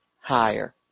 higher